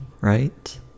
right